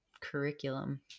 curriculum